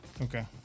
Okay